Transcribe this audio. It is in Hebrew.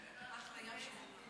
אחלה ים שבעולם, הייתי שם.